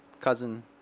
cousin